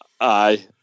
Aye